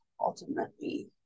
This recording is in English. ultimately